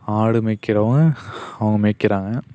ஆடு மேய்க்கிறவன் அவங்க மேய்க்கிறாங்க